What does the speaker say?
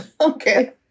okay